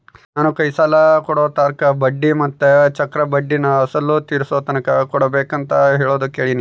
ನಾನು ಕೈ ಸಾಲ ಕೊಡೋರ್ತಾಕ ಬಡ್ಡಿ ಮತ್ತೆ ಚಕ್ರಬಡ್ಡಿನ ಅಸಲು ತೀರಿಸೋತಕನ ಕೊಡಬಕಂತ ಹೇಳೋದು ಕೇಳಿನಿ